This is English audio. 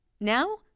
Now